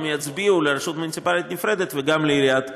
הם יצביעו לרשות מוניציפלית נפרדת וגם לעיריית ירושלים.